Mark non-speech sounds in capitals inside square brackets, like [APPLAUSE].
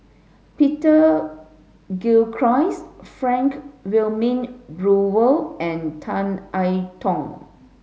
Peter [UNINTELLIGIBLE] Frank Wilmin Brewer and Tan I Tong